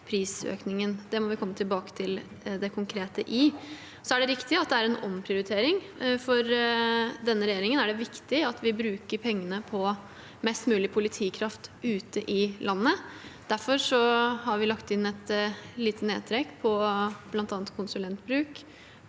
det må vi komme tilbake til. Det er riktig at det er en omprioritering. For denne regjeringen er det viktig at vi bruker pengene på mest mulig politikraft ute i landet. Derfor har vi lagt inn et lite nedtrekk på bl.a. konsulentbruk